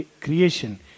Creation